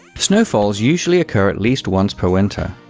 snowfalls usually occur at least once per winter,